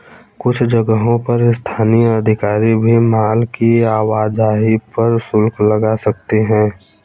कुछ जगहों पर स्थानीय अधिकारी भी माल की आवाजाही पर शुल्क लगा सकते हैं